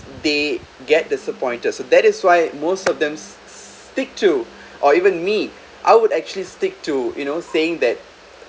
they get disappointed so that is why most of stick to or even me I would actually stick to you know saying that